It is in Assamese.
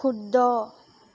শুদ্ধ